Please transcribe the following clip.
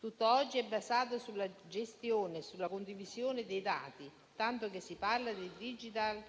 tutto oggi è basato sulla gestione e sulla condivisione dei dati, tanto che si parla di *digital